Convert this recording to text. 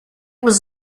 was